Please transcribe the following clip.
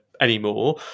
anymore